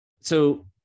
So-